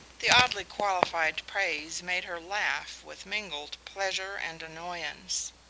the oddly qualified praise made her laugh with mingled pleasure and annoyance.